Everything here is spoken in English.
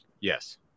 Yes